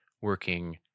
working